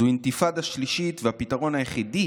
זו אינתיפאדה שלישית, והפתרון היחידי